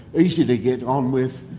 easy to get on with,